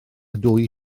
dwy